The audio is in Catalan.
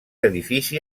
edifici